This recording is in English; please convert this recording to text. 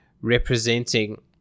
representing